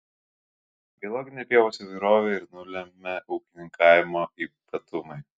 biologinę pievos įvairovę ir nulemia ūkininkavimo ypatumai